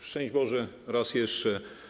Szczęść Boże raz jeszcze!